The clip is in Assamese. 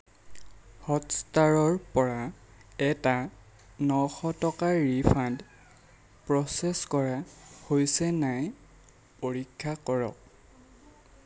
হটষ্টাৰৰ পৰা এটা নশ টকাৰ ৰিফাণ্ড প্ৰচেছ কৰা হৈছে নাই পৰীক্ষা কৰক